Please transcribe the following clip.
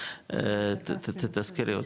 תתזכרי אותי,